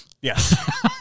Yes